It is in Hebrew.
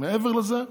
מעבר לזה,